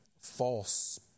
false